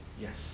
Yes